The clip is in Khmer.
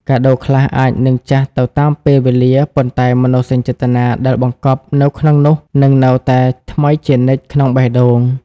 កាដូខ្លះអាចនឹងចាស់ទៅតាមពេលវេលា ប៉ុន្តែមនោសញ្ចេតនាដែលបង្កប់នៅក្នុងនោះនឹងនៅតែថ្មីជានិច្ចក្នុងបេះដូង។